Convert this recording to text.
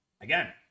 again